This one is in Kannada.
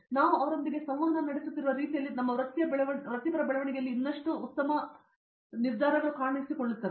ಮತ್ತು ನಾವು ಅವರೊಂದಿಗೆ ಸಂವಹನ ನಡೆಸುತ್ತಿರುವ ರೀತಿಯಲ್ಲಿ ನಮ್ಮ ವೃತ್ತಿಯ ಬೆಳವಣಿಗೆಯನ್ನು ಇನ್ನಷ್ಟು ಉತ್ತಮಗೊಳಿಸುತ್ತದೆ